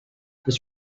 this